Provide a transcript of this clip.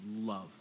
love